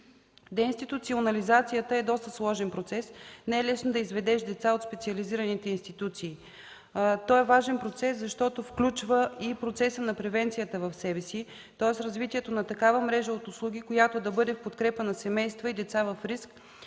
Деинституционализацията е доста сложен процес, не е лесно да изведеш деца от специализираните институции. Той е важен процес, защото в себе си включва и процеса на превенцията, тоест развитието на такава мрежа от услуги, която да бъде подкрепяна от семейство и деца в риск,